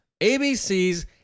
abc's